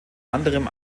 anderem